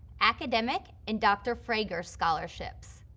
academic, and dr. frager scholarships.